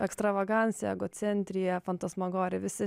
ekstravagancija egocentrija fantasmagorija visi